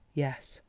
yes,